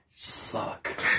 Suck